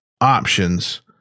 options